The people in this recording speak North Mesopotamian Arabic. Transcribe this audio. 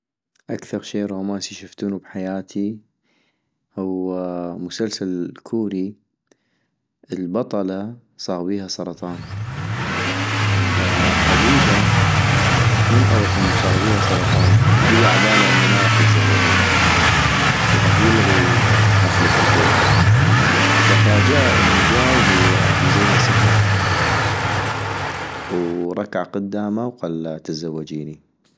اكثغ شي رومانسي شفتونو بحياتي هو مسلسل كوري البطلة صاغ بيها سرطان، فحبيبا من عغف انو صاغ بيها سرطان ، هي عبالا انو ما غاح يزوحا بعد، وغاح يلغي حفل الخطوبة - ففاحئا انو جا وهو مزين صفر، وركع قداما وقلا تزوجيني؟